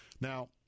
Now